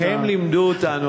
הם לימדו אותנו,